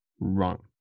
wrong